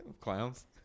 clowns